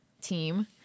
team